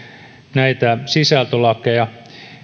näitä sisältölakeja